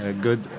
good